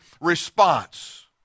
response